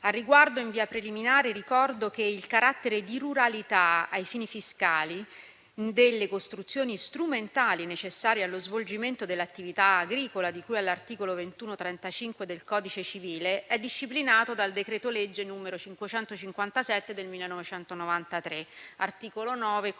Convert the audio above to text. Al riguardo, in via preliminare ricordo che il carattere di ruralità ai fini fiscali delle costruzioni strumentali necessarie allo svolgimento dell'attività agricola, di cui all'articolo 2135 del codice civile, è disciplinato dal decreto-legge n. 557 del 1993, articolo 9, comma